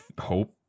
hope